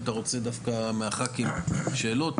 אם אתה רוצה מהח"כים שאלות,